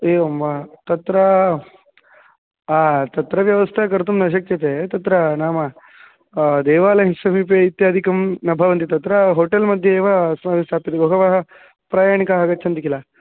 एवं वा तत्र तत्र व्यवस्था कर्तुं न शक्यते तत्र नाम देवालयस्य समीपे इत्यादिकं न भवति तत्र होटेल् मध्ये एव अस्माभिः सापि बहवः प्रयाणिकाः आगच्छन्ति किल